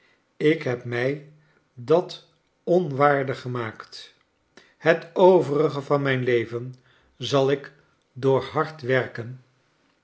ik heb mij dat onwaardig gemaakt het overige van mijn leven zal ik door hard werk